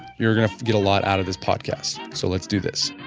you're going to get a lot out of this podcast so let's do this